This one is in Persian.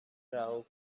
رها